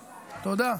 תודה.